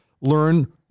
learn